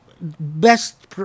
best